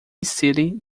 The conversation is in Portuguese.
city